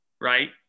right